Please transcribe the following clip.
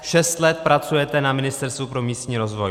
Šest let pracujete na Ministerstvu pro místní rozvoj.